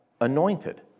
anointed